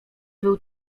był